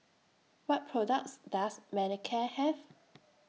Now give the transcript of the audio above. What products Does Manicare Have